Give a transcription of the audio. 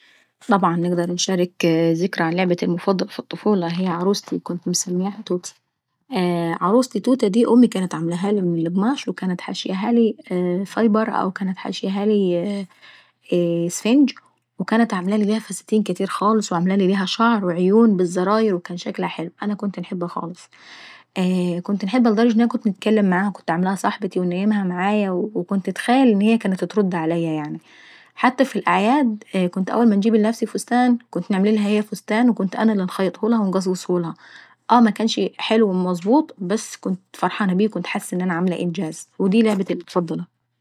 طبعا نقدر انشارك ذكرى عن لعبتي المفضلة في الطفولة يعني، انا كان معاية عروسة كنت مسمياها توتي. عروستي توتا دي امي كانت عملاهالي من القماش وكانت حشياهالي فايبر او سفنج وكانت عملالي ليها فساتين كاتيرة خالص وكانت عاملة ليها شعر وعيون بالزراير وكان شكلها حلو. انا كنت انحبها خالص، الدرجة ان انا كنت نتكلم معاها وكنت عاملاها صحبتي ونييمها معاية وكنت نتخيل ان هي ترد عليا يعناي. حتى في الاعياد كنت انجييب لنفسي فستان وهي كنت نعمللها انا فستان وكنت نخيطهولها ونقصقصهولها. اه مكنش حلو ومظبوط بس انا كنت فرحانة وحاسة اني عاملة انجاز. ودي لعبتي المفضلة.